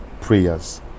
Prayers